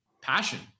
passion